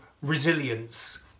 resilience